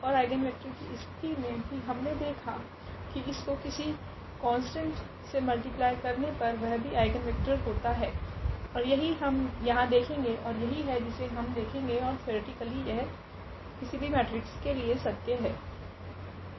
ओर eigenvector की स्थिति मे भी हमने देखा की इसको किसी कोंस्टेंट से मल्टीप्लाय करने पर वह भी आइगनवेक्टर होता है ओर यही हम यहाँ देखेगे ओर यही है जिसे हम देखेगे ओर थेओरेटिकली यह किसी भी मेट्रिक्स के लिए सत्य है